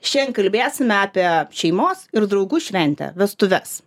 šiandien kalbėsime apie šeimos ir draugų šventę vestuves